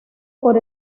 por